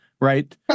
Right